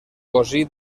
cosí